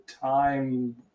time